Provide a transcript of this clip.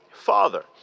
Father